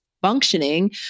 functioning